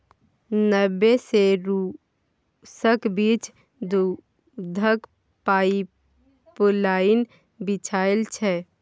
Norway सँ रुसक बीच दुधक पाइपलाइन बिछाएल छै